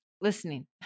Listening